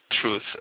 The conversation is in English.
truth